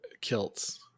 kilts